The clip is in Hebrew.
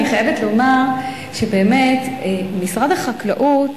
שבאמת משרד החקלאות